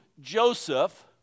Joseph